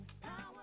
power